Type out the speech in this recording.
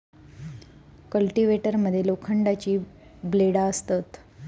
cultivator मध्ये लोखंडाची ब्लेडा असतत